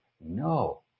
No